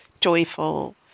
joyful